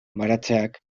baratzeak